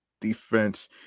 defense